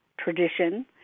tradition